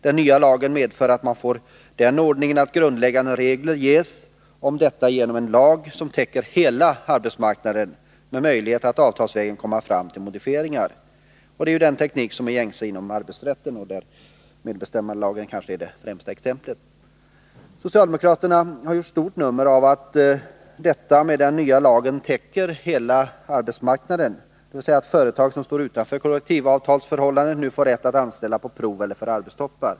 Den nya lagen medför att man får den ordningen att grundläggande regler ges om detta genom en lag som täcker hela arbetsmarknaden, med möjlighet att avtalsvägen komma fram till modifieringar. Detta är ju den teknik som är gängse inom arbetsrätten; medbestämmandelagen är kanske det främsta exemplet. Socialdemokraterna har gjort ett stort nummer av att den nya lagen täcker hela arbetsmarknaden, dvs. att företag som står utanför kollektivavtalsförhållanden nu får rätt att anställa på prov eller för arbetstoppar.